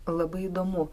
labai įdomu